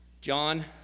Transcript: John